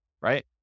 Right